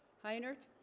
hi inert